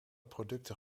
producten